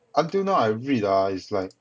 until now I read ah is like